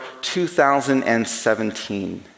2017